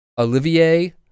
Olivier